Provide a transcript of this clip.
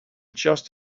just